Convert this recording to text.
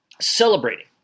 Celebrating